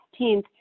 16th